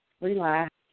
relax